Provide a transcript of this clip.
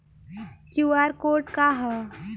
QR code का ह?